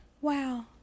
Wow